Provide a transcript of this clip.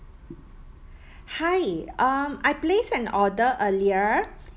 hi um I placed an order earlier